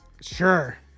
sure